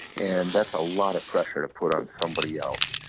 and that's a lot of pressure to put on somebody else.